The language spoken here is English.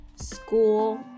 School